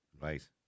Right